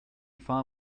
far